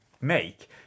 make